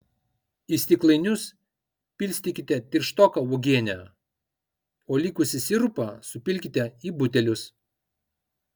į stiklainius pilstykite tirštoką uogienę o likusį sirupą supilkite į butelius